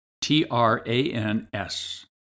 T-R-A-N-S